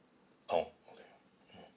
orh okay hmm